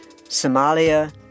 Somalia